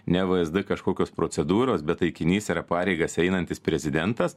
ne vsd kažkokios procedūros bet taikinys yra pareigas einantis prezidentas